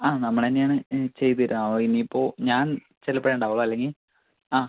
ആ നമ്മളുതന്നെ ആണ് ചെയ്ത് തരിക ആ ഇനി ഇപ്പോൾ ഞാൻ ചിലപ്പമേ ഉണ്ടാവൂ അല്ലെങ്കിൽ ആ